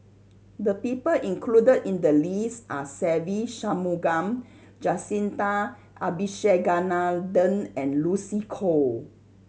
the people included in the list are Se Ve Shanmugam Jacintha Abisheganaden and Lucy Koh